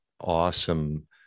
awesome